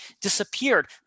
disappeared